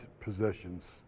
possessions